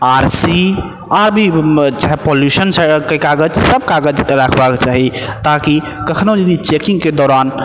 आर C आदि चाहे पॉल्युशनके कागज सब कागज राखबाक चाही ताकि कखनो यदि चेकिंगके दौरान